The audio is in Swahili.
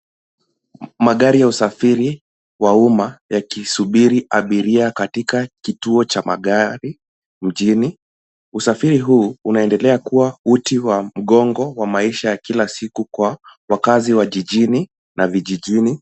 Magari ya usafiri wa umma yakisubiri abiria katika kituo cha magari mjini. Usafiri huu unaendelea kuwa uti wa mgongo wa maisha ya kila siku kwa wakaazi wa jijini na vijijini.